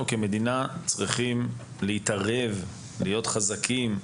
אנחנו כמדינה צריכים להתערב ולהיות חזקים.